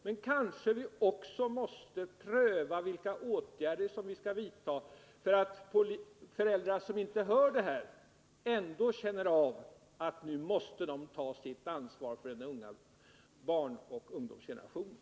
Men kanske vi också måste pröva vilka åtgärder som vi skall vidta för att föräldrar som inte hör detta ändå skall känna att de nu måste ta sitt ansvar för barnoch ungdomsgenerationen.